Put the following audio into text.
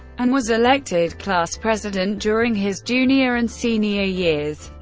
and was elected class president during his junior and senior years.